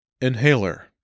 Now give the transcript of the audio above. Inhaler